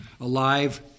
Alive